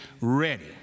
ready